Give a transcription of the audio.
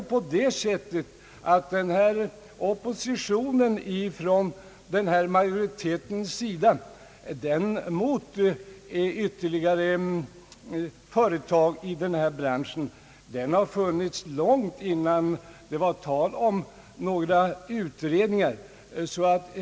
Men utskottsmajoritetens Oopposition mot ytterligare företag i denna bransch fanns ju långt innan några utredningar var på tal.